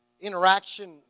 interaction